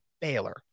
Baylor